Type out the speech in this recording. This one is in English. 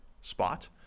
spot